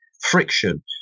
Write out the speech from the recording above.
friction